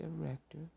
director